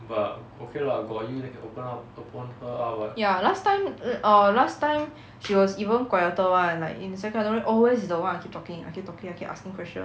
but okay lah got you then can open up open her her up what ya last time err last time she was even quieter [one] like in secondary always the one I keep talking I keep talking I keep asking question